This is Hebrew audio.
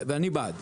ואני בעד.